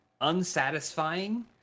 unsatisfying